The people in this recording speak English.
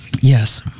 Yes